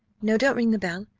no, don't ring the bell,